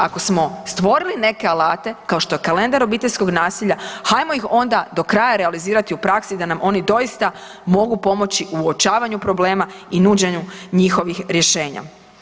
Ako smo stvorili neke alate kao što je kalendar obiteljskog nasilja hajmo ih onda do kraja realizirati u praksi da nam oni doista mogu pomoći u uočavanju problema i nuđenju njihovih rješenja.